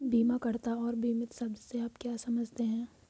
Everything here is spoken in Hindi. बीमाकर्ता और बीमित शब्द से आप क्या समझते हैं?